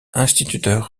instituteur